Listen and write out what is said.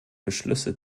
beschlüsse